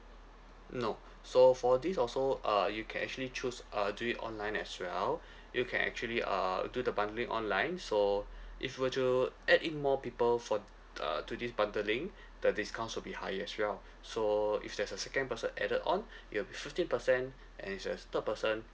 no so for this also uh you can actually choose uh do it online as well you can actually uh do the bundling online so if you were to add in more people for t~ uh to this bundling the discounts will be higher as well so if there's a second person added on it will be fifteen percent and if there's third person